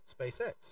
SpaceX